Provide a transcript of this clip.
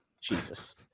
Jesus